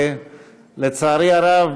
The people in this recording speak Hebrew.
לצערי הרב,